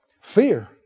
fear